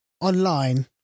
online